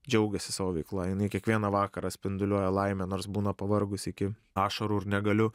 džiaugiasi savo veikla jinai kiekvieną vakarą spinduliuoja laime nors būna pavargusi iki ašarų ir negaliu